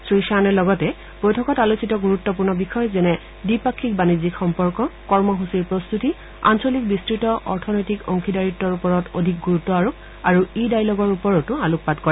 শ্ৰীশ্বানে লগতে বৈঠকত আলোচিত গুৰুত্বপূৰ্ণ বিষয় যেনে দ্বিপাক্ষিক বাণিজ্যিক সম্পৰ্ক কৰ্মসূচীৰ প্ৰদ্ভতি আঞ্চলিক বিস্তৃত অথনীতি অংশীদাৰিত্বৰ ওপৰত অধিক গুৰুত্ব আৰোপ আৰু ই ডাইলগৰ ওপৰতো আলোকপাত কৰে